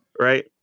Right